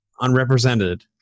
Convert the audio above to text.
unrepresented